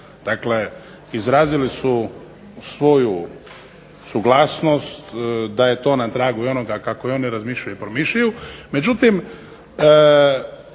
dakle izrazili su svoju suglasnost da je to na tragu onoga kako i oni razmišljaju i promišljaju.